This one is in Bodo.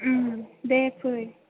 दे फै